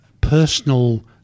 personal